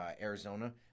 Arizona